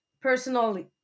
personally